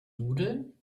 nudeln